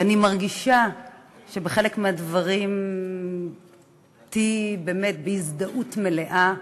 ואני מרגישה שבחלק מהדברים תהיה באמת הזדהות מלאה,